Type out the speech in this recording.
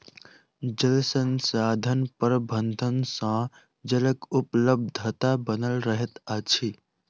जल संसाधन प्रबंधन सँ जलक उपलब्धता बनल रहैत अछि